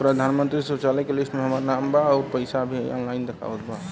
प्रधानमंत्री शौचालय के लिस्ट में हमार नाम बा अउर पैसा भी ऑनलाइन दिखावत बा